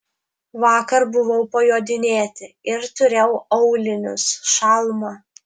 vakar buvau pajodinėti ir turėjau aulinius šalmą